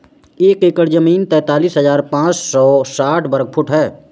एक एकड़ जमीन तैंतालीस हजार पांच सौ साठ वर्ग फुट है